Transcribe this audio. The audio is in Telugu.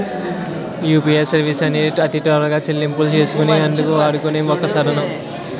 యూపీఐ సర్వీసెస్ అనేవి అతి త్వరగా చెల్లింపులు చేసుకునే అందుకు వాడుకునే ఒక సాధనం